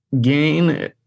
gain